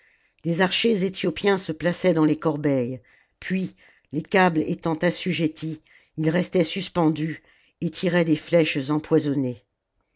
des archers éthiopiens se plaçaient dans les corbeilles puis les câbles étant assujettis ils restaient suspendus et tiraient des flèches empoisonnées